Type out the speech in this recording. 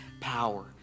power